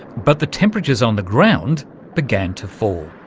but the temperatures on the ground began to fall.